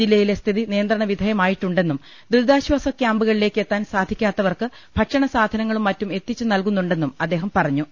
ജില്ലയിലെ സ്ഥിതി നിയന്ത്രണ വിധേയമായിട്ടുണ്ടെന്നും ദുരിതാശ്വാസ ക്യാമ്പുകളിലേക്ക് എത്താൻ സാധിക്കാത്തവർക്ക് ഭക്ഷണസാധനങ്ങളും മറ്റും എത്തിച്ചു നൽകുന്നുണ്ടെന്നും അദ്ദേഹം പറഞ്ഞു